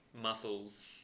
muscles